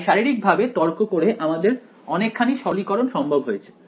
তাই শারীরিকভাবে তর্ক করে আমাদের অনেকখানি সরলীকরণ সম্ভব হয়েছে